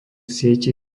sietí